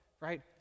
right